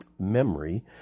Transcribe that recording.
memory